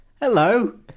Hello